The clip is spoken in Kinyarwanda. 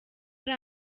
ari